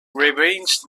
ravaged